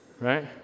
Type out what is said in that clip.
right